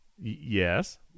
Yes